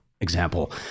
example